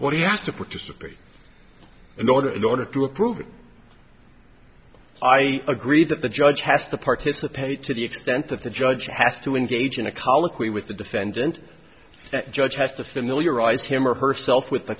what do you have to participate in order in order to approve it i agree that the judge has to participate to the extent that the judge has to engage in a colloquy with the defendant judge has to familiarize him or herself with the